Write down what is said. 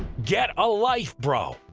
get a life bro.